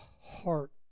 heart